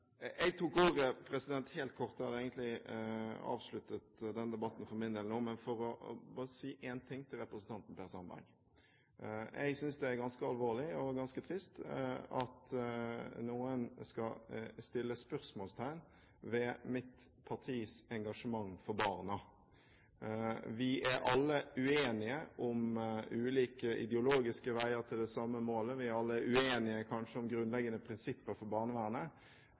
Jeg tok ordet – jeg hadde egentlig avsluttet denne debatten for min del nå – bare for å si én ting til representanten Per Sandberg: Jeg synes det er ganske alvorlig og ganske trist at noen skal sette spørsmålstegn ved mitt partis engasjement for barna. Vi er alle uenige om ulike ideologiske veier til det samme målet. Vi er alle uenige kanskje om grunnleggende prinsipper for barnevernet,